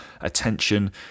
attention